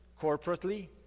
corporately